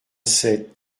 sept